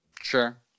Sure